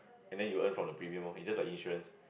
and then you earn from the premiere mode is just insurance